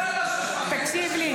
אני קונה ב-6.5.